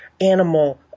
animal